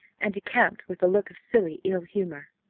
and decamped with a look of silly ill-humour.